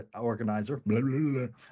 organizer